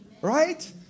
right